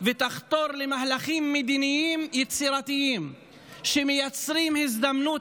ותחתור למהלכים מדיניים יצירתיים שמייצרים הזדמנות